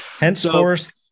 Henceforth